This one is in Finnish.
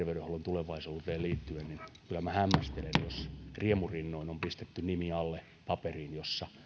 tulevaisuuteen liittyen jos riemurinnoin on pistetty nimi alle paperiin jossa